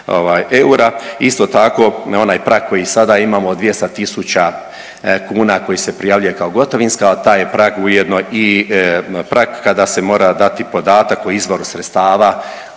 Isto tako, na onaj prag koji sada imamo od 200 000 kuna koji se prijavljuje kao gotovinska taj je prag ujedno i prag kada se mora dati podatak o izvoru sredstava